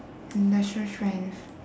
industrial strength